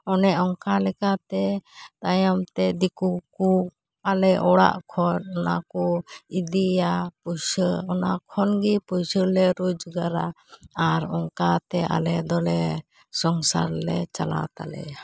ᱚᱱᱮ ᱚᱱᱠᱟ ᱞᱮᱠᱟ ᱛᱮ ᱛᱟᱭᱚᱢ ᱛᱮ ᱫᱤᱠᱩ ᱠᱩ ᱟᱞᱮ ᱚᱲᱟᱜ ᱠᱷᱚᱱ ᱚᱱᱟ ᱠᱚ ᱤᱫᱤᱭᱟ ᱯᱩᱭᱥᱟᱹ ᱚᱱᱟ ᱠᱷᱚᱱ ᱜᱮ ᱯᱩᱭᱥᱟᱹ ᱞᱮ ᱨᱚᱡᱽᱜᱟᱨᱟ ᱟᱨ ᱚᱱᱠᱟ ᱴᱮ ᱟᱞᱮ ᱫᱚᱞᱮ ᱥᱚᱝᱥᱟᱨ ᱞᱮ ᱪᱟᱞᱟᱣ ᱛᱟᱞᱮᱭᱟ